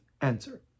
answer